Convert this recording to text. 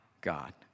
God